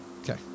Okay